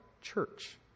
church